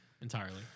entirely